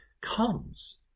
comes